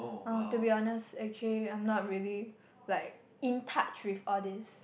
orh to be honest actually I'm not really like in touch with all these